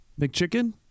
McChicken